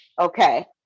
Okay